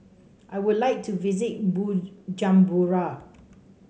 I would like to visit Bujumbura